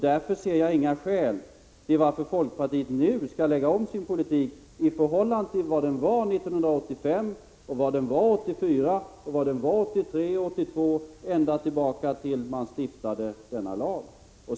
Därför ser jag inget skäl till att folkpartiet nu skall lägga om sin politik i förhållande till vad den var 1985, vad den var 1984, 1983 och 1982, ända tillbaka till dess man stiftade denna lag.